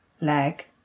leg